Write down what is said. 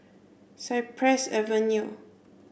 Cypress Avenue